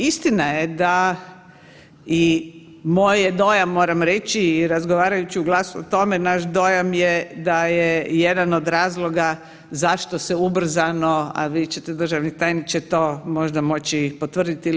Istina je da i moj je dojam, moram reći i razgovarajući u GLAS-u o tome naš dojam je da je jedan od razloga zašto se ubrzano, a vi ćete državni tajniče to možda moći i potvrditi ili